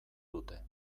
dute